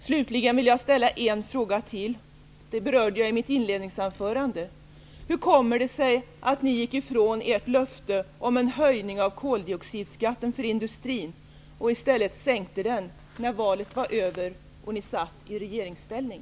Slutligen vill jag ställa en fråga till, som jag berörde i mitt inledningsanförande: Hur kommer det sig att ni gick ifrån ert löfte om en höjning av koldioxidskatten för industrin och i stället sänkte den, när valet var över och ni satt i regeringsställning?